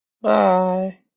Bye